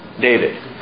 David